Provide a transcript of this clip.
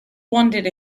wondered